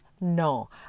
No